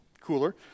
cooler